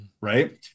Right